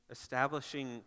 establishing